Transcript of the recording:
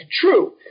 True